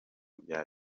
bya